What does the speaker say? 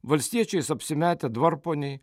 valstiečiais apsimetę dvarponiai